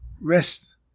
Rest